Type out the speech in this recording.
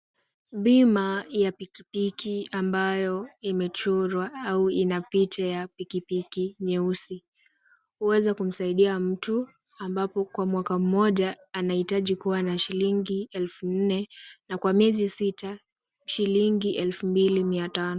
Bima ya pikipiki ambayo imechorwa au ina picha ya pikipiki nyeusi huweza kumsaidia mtu ambapo kwa mwaka mmoja anahitaji kuwa na shilingi elfu nne na kwa miezi sita shilingi elfu mbili mia tano.